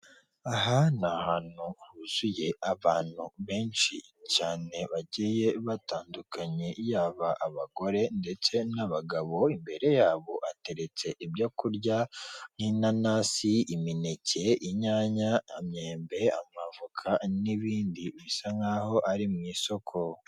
Aha ni ahantu huzuye abantu benshi cyane bagiye batandukanye yaba abagore ndetse n'abagabo, imbere yabo hateretse ibyo kurya, nk'inanasi, imineke, inyanya, imyembe, amavuka n'ibindi, bisa nk'aho ari mu isoko.